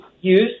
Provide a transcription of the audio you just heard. use